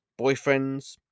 boyfriends